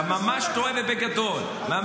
אתה ממש טועה, ובגדול.